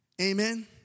amen